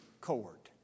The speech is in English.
court